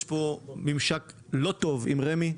יש פה ממשק לא טוב עם רמ"י.